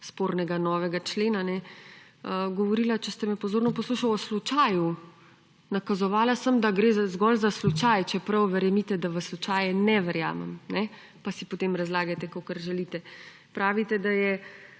spornega novega člena govorila, če ste me pozorno poslušali, o slučaju. Nakazovala sem, da gre zgolj za slučaj, čeprav verjemite, da v slučaje ne verjamem. Pa si potem razlagajte, kakor želite. Pravite, da je